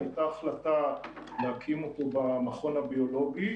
הייתה החלטה להקים אותו במכון הביולוגי.